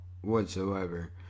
whatsoever